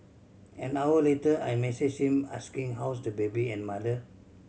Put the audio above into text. an hour later I messaged him asking how's the baby and mother